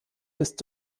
ist